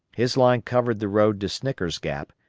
his line covered the road to snicker's gap,